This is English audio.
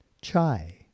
Chai